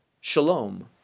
shalom